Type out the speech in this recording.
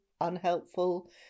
unhelpful